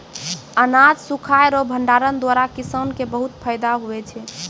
अनाज सुखाय रो भंडारण द्वारा किसान के बहुत फैदा हुवै छै